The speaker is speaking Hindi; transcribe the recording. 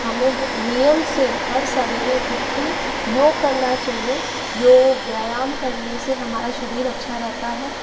हमें नियम से हर सवेरे उठकर योग करना चाहिए योग व्यायाम करने से हमारा शरीर अच्छा रहता है